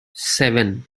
seven